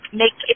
make –